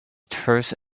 terse